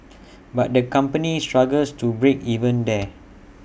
but the company struggles to break even there